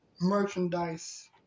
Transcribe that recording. merchandise